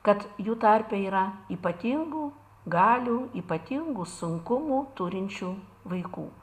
kad jų tarpe yra ypatingų galių ypatingų sunkumų turinčių vaikų